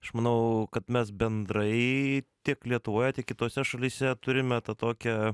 aš manau kad mes bendrai tiek lietuvoje tiek kitose šalyse turime tą tokią